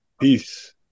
Peace